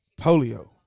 Polio